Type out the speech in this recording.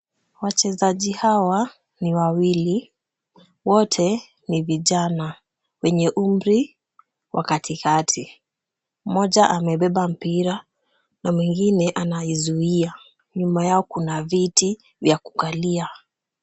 Wachezaji hawa ni wawili. Wote ni vijana. Kwenye. Umri wa katikati. Moja amebeba mpira, na mwingine anaizuia. Nyuma yao kuna viti, vya kukalia.